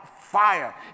fire